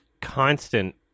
constant